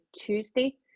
Tuesday